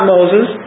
Moses